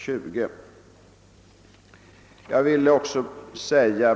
20.